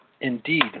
Indeed